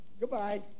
Goodbye